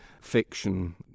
fiction